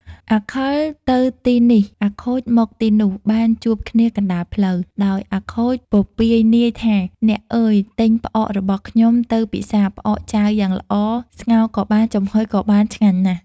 អាខិលទៅពីនេះ អាខូចមកពីនោះបានជួបគ្នាកណ្ដាលផ្លូវ ដោយអាខូចពពាយនាយថា“អ្នកអើយទិញផ្អករបស់ខ្ញុំទៅពិសារផ្អកចាវយ៉ាងល្អស្ងោរក៏បានចំហុយក៏បានឆ្ងាញ់ណាស់។